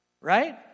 Right